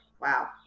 wow